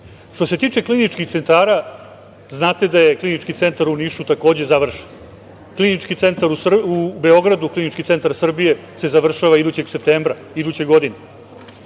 se tiče kliničkih centara, znate da je Klinički centar u Nišu takođe završen. Klinički centar u Beogradu, Klinički centar Srbije se završava idućeg septembra, iduće godine.